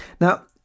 Now